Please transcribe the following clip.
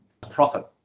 profit